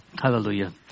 Hallelujah